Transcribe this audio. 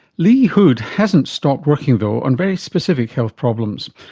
lee hood hasn't stopped working, though, on very specific health problems,